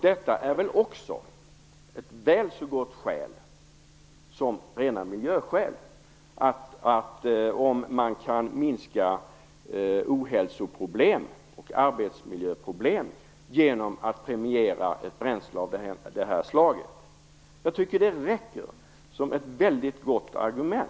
Detta är väl också ett nog så gott skäl som rena miljöskäl: att man kan minska ohälsoproblem och arbetsmiljöproblem genom att premiera ett bränsle av det här slaget. Jag tycker det räcker som ett väldigt gott argument.